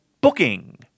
booking